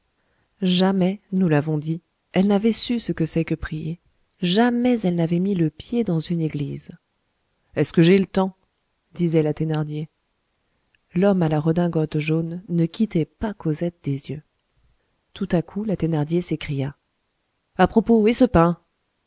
jamais nous l'avons dit elle n'avait su ce que c'est que prier jamais elle n'avait mis le pied dans une église est-ce que j'ai le temps disait la thénardier l'homme à la redingote jaune ne quittait pas cosette des yeux tout à coup la thénardier s'écria à propos et ce pain